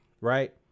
right